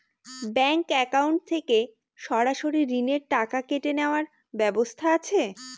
Bank account থেকে সরাসরি ঋণের টাকা কেটে নেওয়ার ব্যবস্থা আছে?